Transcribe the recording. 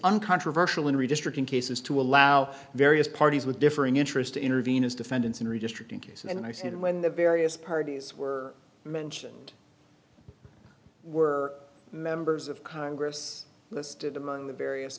uncontroversial in redistricting cases to allow various parties with differing interest to intervene as defendants in redistricting case and i said when the various parties were mentioned were members of congress listed among the various